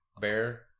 Bear